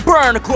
Burn